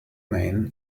man